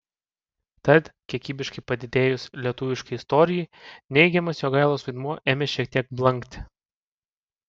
tad kiekybiškai padidėjus lietuviškai istorijai neigiamas jogailos vaidmuo ėmė šiek tiek blankti